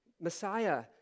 Messiah